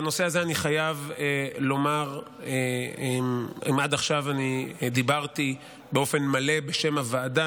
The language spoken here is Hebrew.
בנושא הזה אני חייב לומר, אם עד עכשיו אני דיברתי באופן מלא בשם הוועדה,